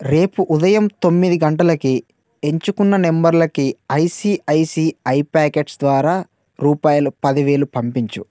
రేపు ఉదయం తొమ్మిది గంటలకి ఎంచుకున్న నంబర్లకి ఐసిఐసిఐ ప్యాకెట్స్ ద్వారా రూపాయలు పదివేలు పంపించు